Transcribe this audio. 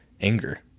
anger